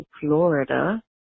Florida